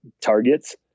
targets